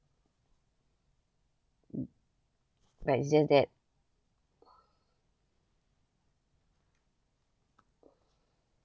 but it's just that